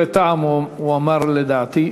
הוא אמר דברי טעם, לדעתי.